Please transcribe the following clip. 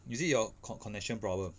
is it your co~ connection problem